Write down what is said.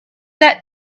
that